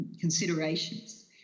considerations